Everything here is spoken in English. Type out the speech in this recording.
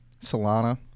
Solana